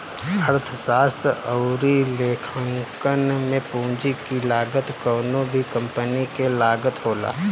अर्थशास्त्र अउरी लेखांकन में पूंजी की लागत कवनो भी कंपनी के लागत होला